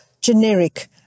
generic